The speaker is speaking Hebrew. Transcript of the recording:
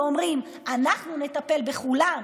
ואומרים: אנחנו נטפל בכולם,